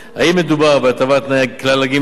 האם מדובר בהטבת תנאי כלל הגמלאים,